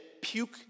puke